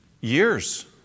years